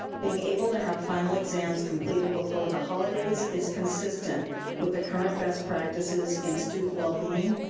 being able to have final exams completed before the holidays is consistent with the current best practices in student well-being,